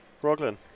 Brooklyn